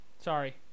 Sorry